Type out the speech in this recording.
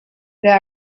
there